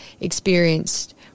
experienced